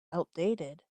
outdated